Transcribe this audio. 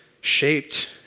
shaped